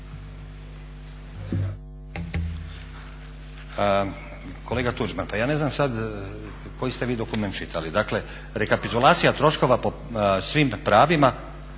Kolega Tuđman pa ja ne znam sada koji ste vi dokument čitali. Dakle rekapitulacija troškova po svim pravima